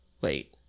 wait